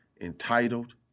Entitled